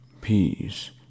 peace